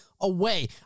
away